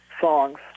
songs